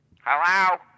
Hello